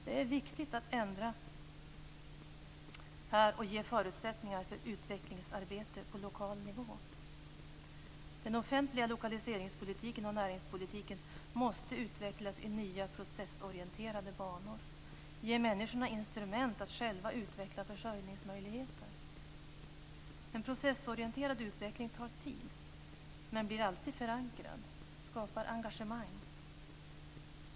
Det är viktigt att ändra på det här och ge förutsättningar för utvecklingsarbete på lokal nivå. Den offentliga lokaliseringspolitiken och näringspolitiken måste utvecklas i nya processorienterade banor och ge människorna instrument att själva utveckla försörjningsmöjligheter. En processorienterad utveckling tar tid men blir alltid förankrad, skapar engagemang.